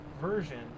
version